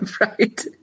Right